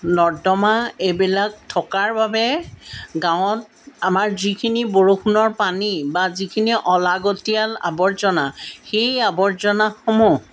নৰ্দমা এইবিলাক থকাৰ বাবে গাঁৱত আমাৰ যিখিনি বৰষুণৰ পানী বা যিখিনি অলাগতীয়াল আৱৰ্জনা সেই আৱৰ্জনাসমূহ